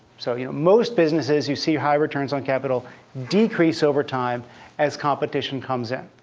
so you know most businesses you see high returns on capital decrease over time as competition comes in.